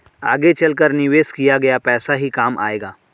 आगे चलकर निवेश किया गया पैसा ही काम आएगा